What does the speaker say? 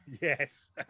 Yes